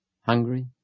hungry